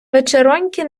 вечероньки